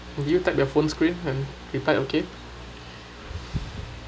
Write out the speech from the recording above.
have you tap your phone screen and you type okay